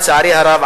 לצערי הרב,